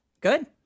Good